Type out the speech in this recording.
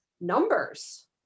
numbers